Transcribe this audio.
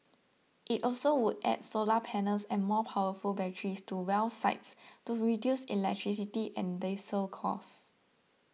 it also would add solar panels and more powerful batteries to well sites to reduce electricity and diesel costs